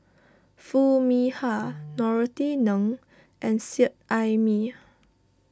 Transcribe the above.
Foo Mee Har Norothy Ng and Seet Ai Mee